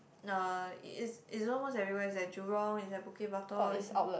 no it is is almost everywhere is at jurong is at Bukit-Batok is at